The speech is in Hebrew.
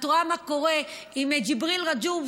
את רואה מה קורה עם ג'יבריל רג'וב,